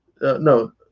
No